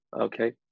Okay